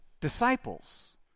disciples